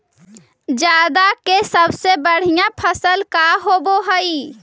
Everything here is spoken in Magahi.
जादा के सबसे बढ़िया फसल का होवे हई?